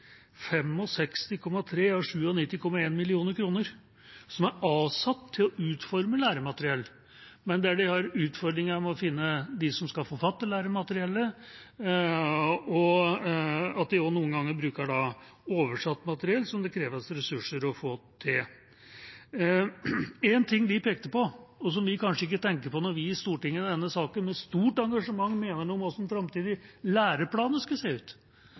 som er avsatt til å utforme læremateriell – men de har utfordringer med å finne dem som skal forfatte læremateriellet, og de bruker også noen ganger oversatt materiell, som det kreves ressurser for å få til. Én ting de pekte på, og som vi kanskje ikke tenker på når vi i Stortinget med stort engasjement mener noe om hvordan framtidige læreplaner skal se ut,